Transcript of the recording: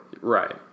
Right